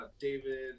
david